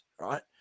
Right